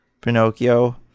pinocchio